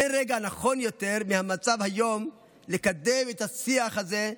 אין רגע נכון יותר מהמצב היום לקדם את השיח הזה,